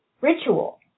ritual